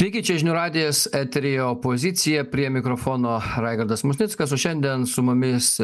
taigi čia žinių radijas eteryje opozicija prie mikrofono raigardas musnickas o šiandien su mumis